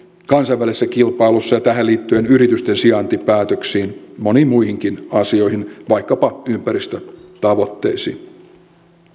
kansainvälisessä kilpailussa ja tähän liittyen yritysten sijaintipäätöksiin moniin muihinkin asioihin vaikkapa ympäristötavoitteisiin